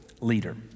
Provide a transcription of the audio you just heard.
leader